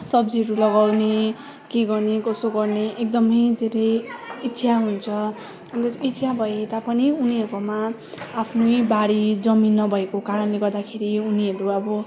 सब्जीहरू लगाउने के गर्ने कसो गर्ने एकदमै धेरै इच्छा हुन्छ इच्छा भए तापनि उनीहरूकोमा आफ्नै बारी जमीन नभएको कारणले गर्दाखेरि उनीहरू अब